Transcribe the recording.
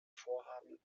vorhaben